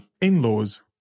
in-laws